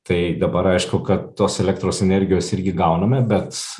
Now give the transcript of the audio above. tai dabar aišku kad tos elektros energijos irgi gauname bet